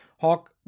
Hawk